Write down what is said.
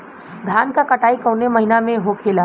धान क कटाई कवने महीना में होखेला?